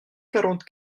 quarante